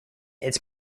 its